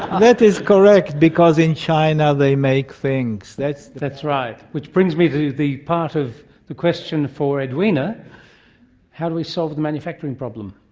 that is correct! because in china they make things. that's that's right, which brings me to the part of the question for edwina how do we solve the manufacturing problem?